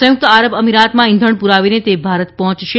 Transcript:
સંયુક્ત આરબ અમીરાતમાં ઈંધણ પુરાવીને તે ભારત પહોચશે